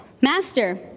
Master